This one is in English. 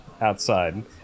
outside